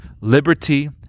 liberty